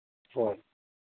ꯍꯣꯏ